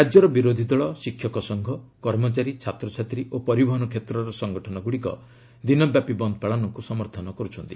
ରାଜ୍ୟର ବିରୋଧୀଦଳ ଶିକ୍ଷକ ସଂଘ କର୍ମଚାରୀ ଛାତ୍ରଛାତ୍ରୀ ଓ ପରିବହନ କ୍ଷେତ୍ରର ସଂଗଠନଗୁଡ଼ିକ ଦିନବ୍ୟାପୀ ବନ୍ଦ ପାଳନକୁ ସମର୍ଥନ କରୁଛନ୍ତି